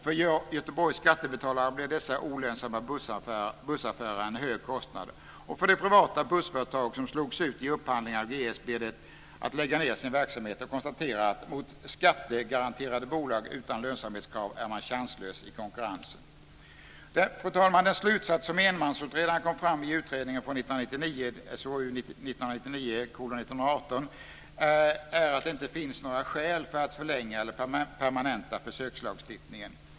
För Göteborgs skattebetalare blir dessa olönsamma bussaffärer en hög kostnad. Och de privata bussföretag som slogs ut i upphandlingarna av GS får lägga ned sin verksamhet och konstatera att man mot skattegaranterade bolag utan lönsamhetskrav är chanslös i konkurrensen. Fru talman! Den slutsats som enmansutredaren kom fram till i utredningen från 1999, SOU 1999:118, är att det inte finns några skäl för att förlänga eller permanenta försökslagstiftningen.